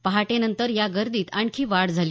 पहाटेनंतर या गर्दीत आणखी वाढ झाली